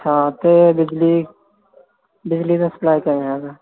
ਅੱਛਾ ਤੇ ਬਿਜਲੀ ਬਿਜਲੀ ਦਾ ਸਪਲਾਈ ਕਿਵੇਂ ਹੈਗਾ